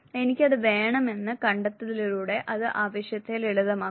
എനിക്ക് അത് വേണമെന്ന് കണ്ടെത്തുന്നതിലൂടെ അത് ആവശ്യത്തെ ലളിതമാക്കും